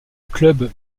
club